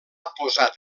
posat